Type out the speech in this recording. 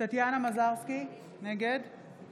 טטיאנה מזרסקי, נגד